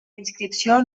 inscripció